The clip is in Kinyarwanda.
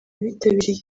bitabiriye